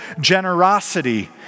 generosity